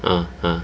(uh huh)